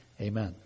Amen